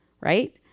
Right